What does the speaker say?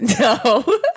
No